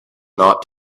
not